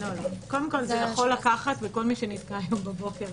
זה יכול לקחת, וכל מי שנתקבע הבוקר